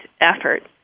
effort